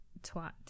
Twat